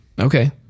Okay